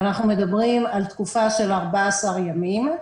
אנחנו מדברים על תקופה של 14 ימים.